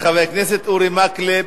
שחבר הכנסת אורי מקלב